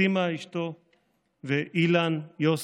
סימה אשתו ואילן, יוסי,